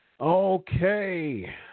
Okay